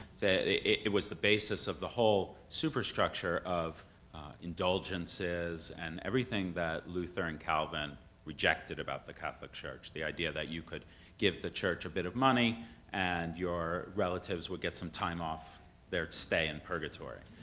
it was the basis of the whole superstructure of indulgences, and everything that luther and calvin rejected about the catholic church. the idea that you could give the church a bit of money and your relatives would get some time off their stay in purgatory.